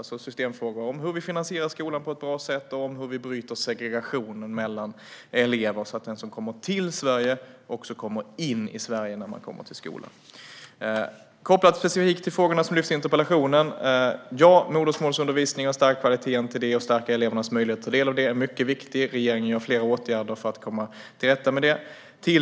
Det är systemfrågor om hur vi finansierar skolan på ett bra sätt och hur vi bryter segregationen mellan elever så att de som kommer till Sverige också kommer in i Sverige när de kommer till skolan. När det specifikt gäller frågorna som lyfts upp i interpellationen vill jag säga att modersmålsundervisning och stärkt kvalitet i det avseendet samt stärkta möjligheter för eleverna att ta del av sådan undervisning är mycket viktigt. Regeringen vidtar flera åtgärder för att komma till rätta med detta.